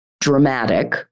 dramatic